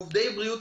עובדי בריאות,